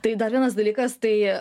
tai dar vienas dalykas tai